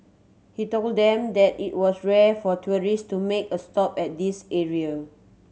he told them that it was rare for tourist to make a stop at this area